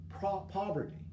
poverty